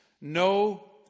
no